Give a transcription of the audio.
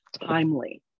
timely